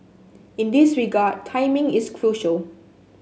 in this regard timing is crucial